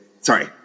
Sorry